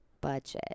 budget